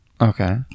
Okay